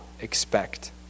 expect